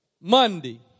Monday